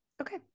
okay